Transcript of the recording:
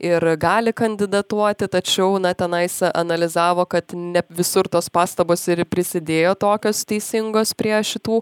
ir gali kandidatuoti tačiau na tenais analizavo kad ne visur tos pastabos ir prisidėjo tokios teisingos prie šitų